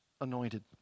anointed